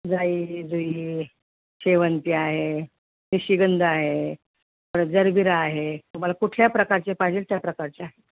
जाई जुई शेवंती आहे निशिगंध आहे परत जरबिरा आहे तुम्हाला कुठल्या प्रकारचे पाहिजेल त्या प्रकारचे आहेत